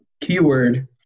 keyword